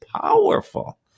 powerful